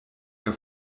der